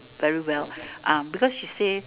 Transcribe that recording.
very well uh because she says